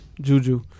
Juju